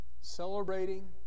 celebrating